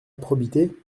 probité